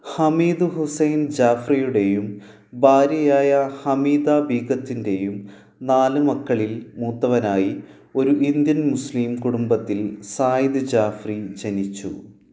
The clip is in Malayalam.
ഹമീദ് ഹുസൈൻ ജാഫ്രിയുടെയും ഭാര്യയായ ഹമീദാ ബീഗത്തിൻ്റെയും നാല് മക്കളിൽ മൂത്തവനായി ഒരു ഇന്ത്യൻ മുസ്ലിം കുടുംബത്തിൽ സായിദ് ജാഫ്രി ജനിച്ചു